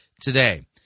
today